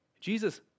Jesus